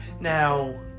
Now